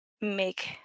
make